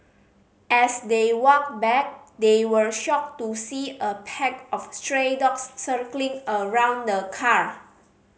as they walked back they were shocked to see a pack of stray dogs circling around the car